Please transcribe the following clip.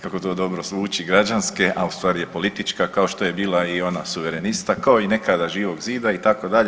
Kako to dobro zvuči građanske, a u stvari je politička kao što je bila i ona suverenista kao i nekada Živog zida itd.